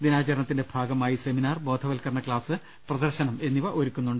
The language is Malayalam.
ദിനാചരണ ത്തിന്റെ ഭാഗമായി സെമിനാർ ബോധവത്കരണ ക്ലാസ് പ്രദർശനം എന്നിവ ഒരു ക്കുന്നുണ്ട്